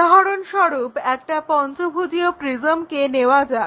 উদাহরণস্বরূপ একটা পঞ্চভুজীয় প্রিজমকে নেয়া যাক